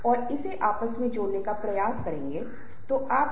इसलिए मूल रूप से यह समूह की गतिशीलता और व्यवहार पैटर्न से संबंधित है